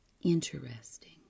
interesting